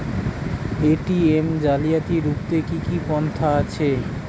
ATM জালিয়াতি রুখতে কি কি পন্থা আছে?